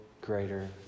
greater